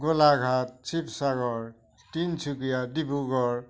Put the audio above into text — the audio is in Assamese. গোলাঘাট শিৱসাগৰ তিনিচুকীয়া ডিব্ৰুগড়